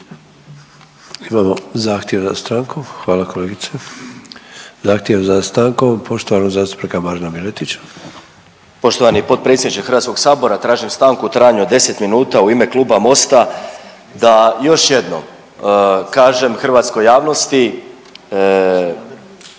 Imamo zahtjev za stankom. Hvala kolegice. Zahtjev za stankom poštovanog zastupnika Marina Miletića. **Miletić, Marin (MOST)** Poštovani potpredsjedniče Hrvatskog sabora tražim stanku u trajanju od 10 minuta u ime Kluba MOST-a da još jednom kažem hrvatskoj javnosti,